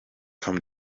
come